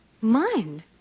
Mind